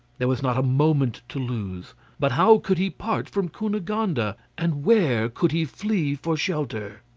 there was not a moment to lose but how could he part from cunegonde, and and where could he flee for shelter?